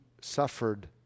suffered